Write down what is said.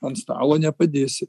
ant stalo nepadėsi